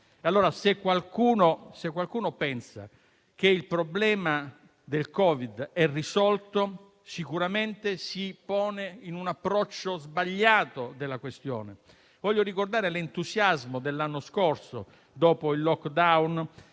Se qualcuno pensa che il problema del Covid sia risolto, allora sicuramente si pone con un approccio sbagliato alla questione. Voglio ricordare l'entusiasmo dell'anno scorso dopo il *lockdown*